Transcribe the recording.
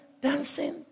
dancing